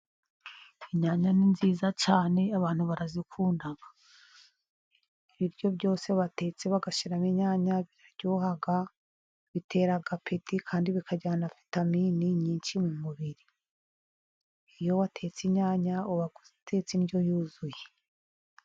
Inyanya ni nziza cyane abantu barazikunda, ibiryo byose batetse bagashyiramo inyanya biryoha bitera apeti kandi bikajyana vitamini nyinshi mu mubiri. Iyo watetse inyanya uba watetse indyo yuzuye.